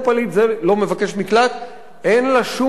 זה לא פליט,